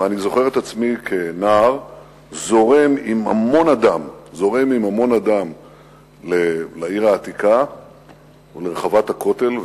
ואני זוכר את עצמי כנער זורם עם המון אדם לעיר העתיקה ולרחבת הכותל.